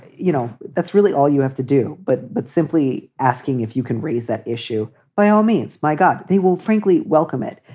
you know, that's really all you have to do. but but simply asking if you can raise that issue by all means. my god, they will frankly welcome it.